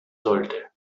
sollte